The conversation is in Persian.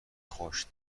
خوش